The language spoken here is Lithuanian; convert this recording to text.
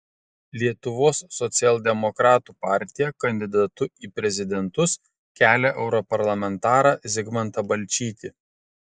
lietuvos socialdemokratų partija kandidatu į prezidentus kelia europarlamentarą zigmantą balčytį